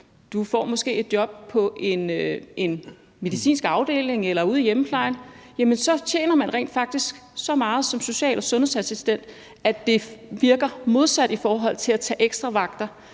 får et job på en medicinsk afdeling eller ude i hjemmeplejen, så tjener du rent faktisk så meget som social- og sundhedsassistent, at det virker modsat i forhold til at tage ekstra vagter,